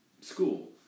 school